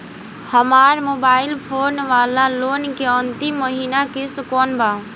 हमार mobile phone वाला loan के अंतिम महिना किश्त कौन बा?